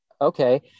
okay